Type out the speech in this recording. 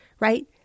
right